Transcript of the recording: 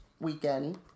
weekend